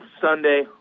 Sunday